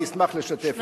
אני אשמח לשתף אתו פעולה.